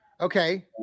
okay